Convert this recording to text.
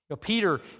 Peter